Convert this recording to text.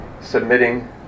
submitting